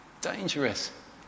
dangerous